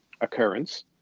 occurrence